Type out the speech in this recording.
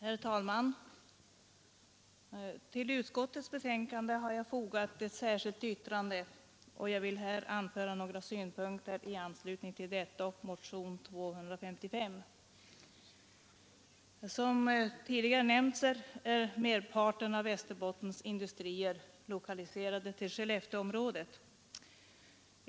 Herr talman! Till utskottets betänkande har jag fogat ett särskilt yttrande, och jag vill här anföra några synpunkter i anslutning till detta och till motionen 255. Såsom tidigare nämnts är merparten av Västerbottens industrier lokaliserade till Skellefteområdet.